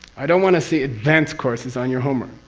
i don't want to see advanced courses on your homework!